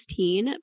2016